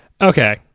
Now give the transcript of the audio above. okay